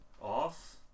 Off